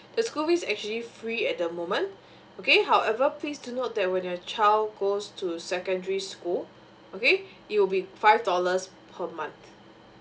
the school fees actually free at the moment okay however please to note that when your child goes to secondary school okay it will be five dollars per month